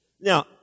Now